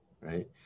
right